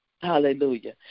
Hallelujah